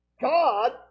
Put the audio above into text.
God